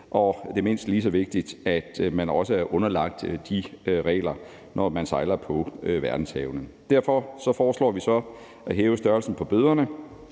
og det er mindst lige så vigtigt, at man også er underlagt de regler, når man sejler på verdenshavene. Derfor foreslår vi så at hæve størrelsen på bøderne,